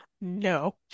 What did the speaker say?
No